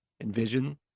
Envision